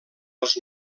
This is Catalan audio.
els